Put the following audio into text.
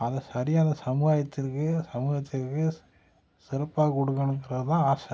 அதை சரியான சமுதாயத்திற்கு சமூகத்திற்கு சிறப்பாக கொடுக்கணுங்கறது தான் ஆசை